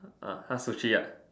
ah !huh! sushi ah